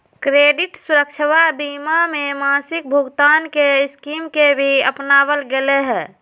credit सुरक्षवा बीमा में मासिक भुगतान के स्कीम के भी अपनावल गैले है